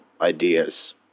ideas